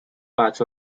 parts